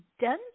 done